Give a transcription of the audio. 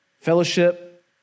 fellowship